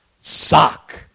Sock